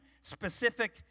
specific